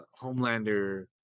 homelander